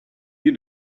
you